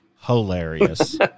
hilarious